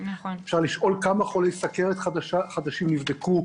אפשר לשאול כמה חולי סכרת חדשים נבדקו,